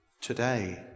today